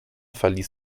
verließ